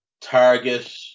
Target